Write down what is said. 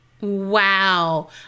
Wow